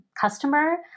customer